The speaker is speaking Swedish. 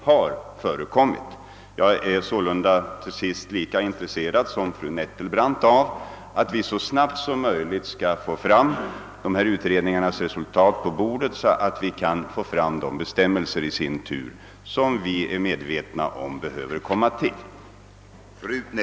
Jag vill tillägga att jag är precis lika intresserad som fru Nettelbrandt av att utredningen presenterar sina resultat så snabbt som möjligt, så att vi sedan kan införa de bestämmelser som vi är medvetna om behövs på detta område.